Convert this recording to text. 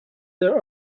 their